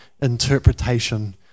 interpretation